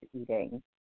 eating